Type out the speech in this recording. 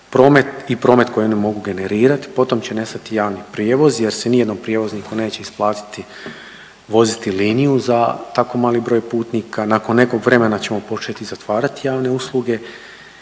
kupaca i promet koji one mogu generirati. Potom će nestati javni prijevoz, jer se ni jednom prijevozniku neće isplatiti voziti liniju za tako mali broj putnika. Nakon nekog vremena ćemo početi zatvarati javne usluge,